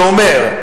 שאומר: